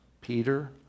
Peter